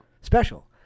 special